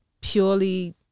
purely